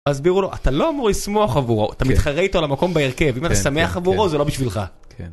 הסבירו לו אתה לא אמור לשמול עבורו אתה מתחרה איתו על המקום בהרכב אם אתה שמח עבורו זה לא בשבילך.